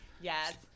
Yes